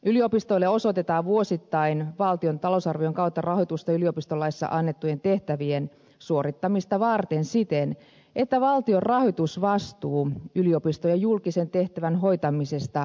yliopistoille osoitetaan vuosittain valtion talousarvion kautta rahoitusta yliopistolaissa annettujen tehtävien suorittamista varten siten että valtion rahoitusvastuu yliopistojen julkisen tehtävän hoitamisesta säilyy